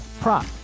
prop